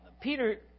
Peter